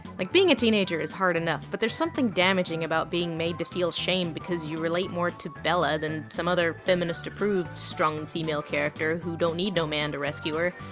like being a teenager is hard enough but there's something damaging about being made to feel shame because you relate more to bella than some other feminists approved strong female character who don't need no man to rescue her.